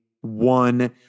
one